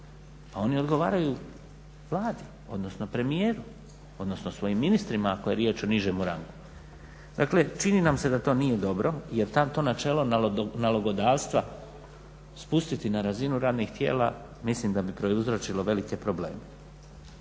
Pa oni odgovaraju Vladi, odnosno premijeru, odnosno svojim ministrima ako je riječ o nižemu rangu. Dakle, čini nam se da to nije dobro jer to načelo nalogodavstva spustiti na razinu radnih tijela mislim da bi prouzročilo velike probleme.